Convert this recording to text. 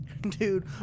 Dude